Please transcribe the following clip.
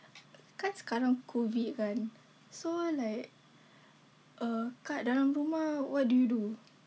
kan sekarang COVID kan so like uh kat dalam rumah what do you do